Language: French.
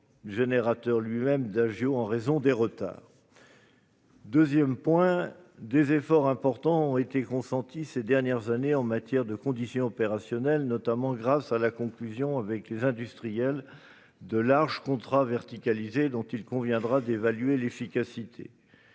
générateur d'agios en raison des retards. Deuxièmement, des efforts importants ont été consentis ces dernières années en matière de maintien en condition opérationnelle, notamment grâce à la conclusion avec les industriels de larges contrats verticalisés dont il conviendra d'évaluer l'efficacité.